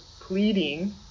pleading